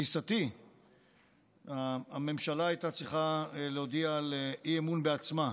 לתפיסתי הממשלה הייתה צריכה להודיע על אי-אמון בעצמה,